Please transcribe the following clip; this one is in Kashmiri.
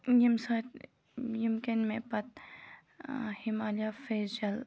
ییٚمہِ ساتہٕ ییٚمہِ کِنۍ مےٚ پَتہٕ ہِمالیہ فیس جَل